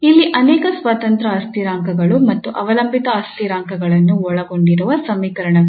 ಇಲ್ಲಿ ಅನೇಕ ಸ್ವತಂತ್ರ ಅಸ್ಥಿರಾಂಕಗಳು ಮತ್ತು ಅವಲಂಬಿತ ಅಸ್ಥಿರಾಂಕಗಳನ್ನು ಒಳಗೊಂಡಿರುವ ಸಮೀಕರಣವಿದೆ